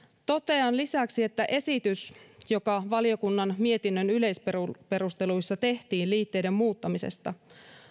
totean lisäksi että esitys joka valiokunnan mietinnön yleisperusteluissa tehtiin liitteiden muuttamisesta